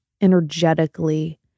energetically